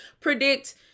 predict